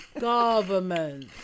Government